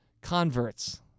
converts